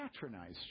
patronize